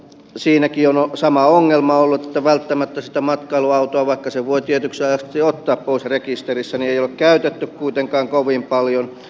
siinäkin on sama ongelma ollut että välttämättä sitä matkailuautoa vaikka sen voi tietyksi ajaksi ottaa pois rekisteristä ei ole käytetty kuitenkaan kovin paljon